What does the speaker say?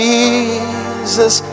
Jesus